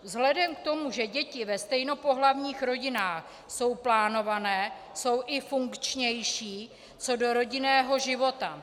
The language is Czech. Vzhledem k tomu, že děti ve stejnopohlavních rodinách jsou plánované, jsou i funkčnější co do rodinného života.